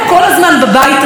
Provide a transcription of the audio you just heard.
חברים יקרים,